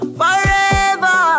forever